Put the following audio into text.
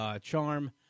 charm